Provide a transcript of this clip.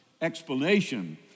explanation